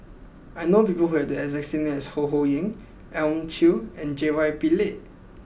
I know people who have the exact name as Ho Ho Ying Elim Chew and J Y Pillay